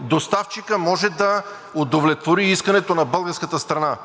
доставчикът може да удовлетвори искането на българската страна!